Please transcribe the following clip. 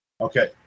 Okay